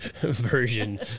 version